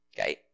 Okay